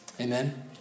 Amen